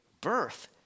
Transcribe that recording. birth